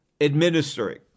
administering